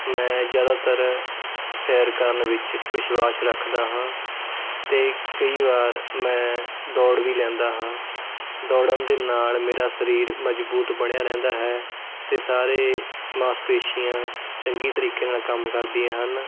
ਮੈਂ ਜ਼ਿਆਦਾਤਰ ਸੈਰ ਕਰਨ ਵਿੱਚ ਵਿਸ਼ਵਾਸ ਰੱਖਦਾ ਹਾਂ ਅਤੇ ਕਈ ਵਾਰ ਮੈਂ ਦੌੜ ਵੀ ਲੈਂਦਾ ਹਾਂ ਦੌੜਨ ਦੇ ਨਾਲ਼ ਮੇਰਾ ਸਰੀਰ ਮਜ਼ਬੂਤ ਬਣਿਆ ਰਹਿੰਦਾ ਹੈ ਅਤੇ ਸਾਰੇ ਮਾਸ਼ਪੇਸ਼ੀਆਂ ਚੰਗੀ ਤਰੀਕੇ ਨਾਲ਼ ਕੰਮ ਕਰਦੀਆਂ ਹਨ